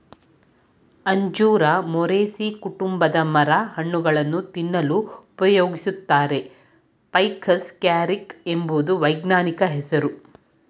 ಅಂಜೂರ ಮೊರೇಸೀ ಕುಟುಂಬದ ಮರ ಹಣ್ಣುಗಳನ್ನು ತಿನ್ನಲು ಉಪಯೋಗಿಸುತ್ತಾರೆ ಫೈಕಸ್ ಕ್ಯಾರಿಕ ಎಂಬುದು ವೈಜ್ಞಾನಿಕ ಹೆಸ್ರು